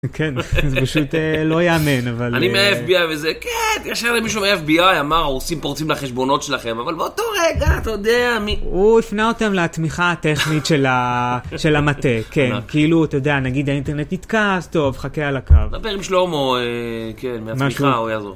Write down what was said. כן, זה פשוט לא יאמן, אבל... אני מהFBI וזה, כן, תקשר למישהו מהFBI, אמר, עושים פורצים לחשבונות שלכם, אבל באותו רגע, אתה יודע, מי... הוא הפנה אותם לתמיכה הטכנית של המטה, כן. כאילו, אתה יודע, נגיד האינטרנט נתקע, אז טוב, חכה על הקו. דבר עם שלומו, כן, מהתמיכה ההוא יעזור.